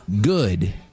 good